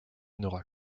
n’aura